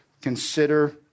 consider